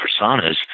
personas